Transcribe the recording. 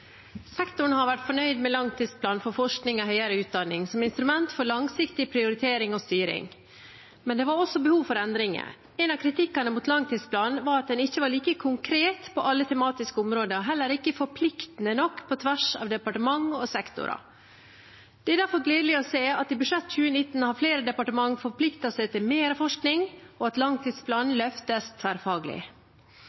Sektoren har vært fornøyd med langtidsplanen for forskning og høyere utdanning som instrument for langsiktig prioritering og styring. Men det var også behov for endringer. Noe av kritikken mot langtidsplanen var at den ikke var like konkret på alle tematiske områder, heller ikke forpliktende nok på tvers av departement og sektorer. Det er derfor gledelig å se at i budsjettet for 2019 har flere departement forpliktet seg til mer forskning, og at langtidsplanen